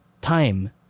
time